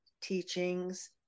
teachings